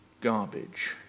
garbage